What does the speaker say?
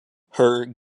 her